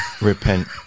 repent